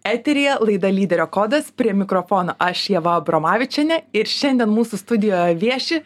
eteryje laida lyderio kodas prie mikrofono aš ieva abromavičienė ir šiandien mūsų studijoje vieši